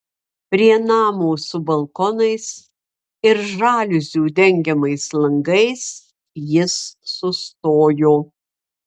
prie namo su balkonais ir žaliuzių dengiamais langais jis sustojo